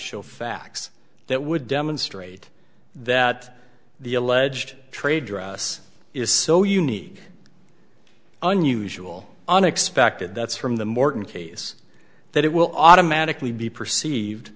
show facts that would demonstrate that the alleged trade dress is so unique unusual unexpected that's from the morton case that it will automatically be perceived